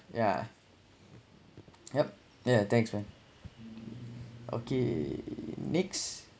yeah yup yeah thanks man okay next